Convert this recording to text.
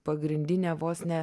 pagrindinė vos ne